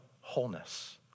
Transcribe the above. wholeness